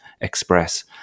express